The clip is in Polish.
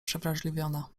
przewrażliwiona